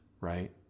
right